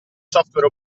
software